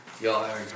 y'all